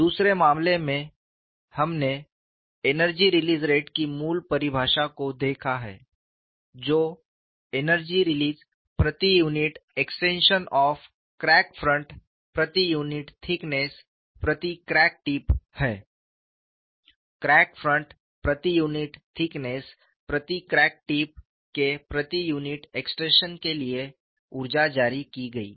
दूसरे मामले में हमने एनर्जी रिलीज़ रेट की मूल परिभाषा को देखा है जो एनर्जी रिलीज़ प्रति unit extension of crack front प्रति यूनिट थिकनेस प्रति क्रैक टिप है क्रैक फ्रंट प्रति यूनिट मोटाई प्रति क्रैक टिप के प्रति यूनिट विस्तार के लिए ऊर्जा जारी की गई